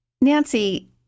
Nancy